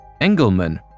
Engelman